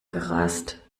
gerast